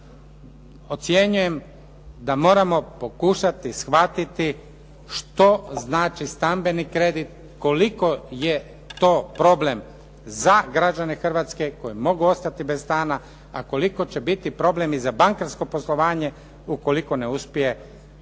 ocjenjujem da moramo pokušati shvatiti što znači stambeni kredit, koliko je to problem za građane Hrvatske koji mogu ostati bez stana, a koliko će biti problem i za bankarsko poslovanje ukoliko ne uspije kroz